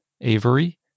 Avery